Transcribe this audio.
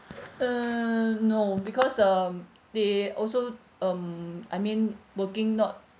err no because um they also um I mean working not